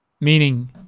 Meaning